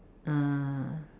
uh